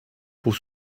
pour